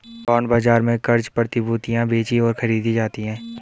bond बाजार में क़र्ज़ प्रतिभूतियां बेचीं और खरीदी जाती हैं